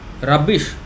Rubbish